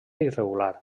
irregular